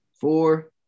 Four